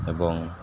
ଏବଂ